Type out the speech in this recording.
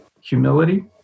humility